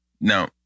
Now